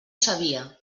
sabia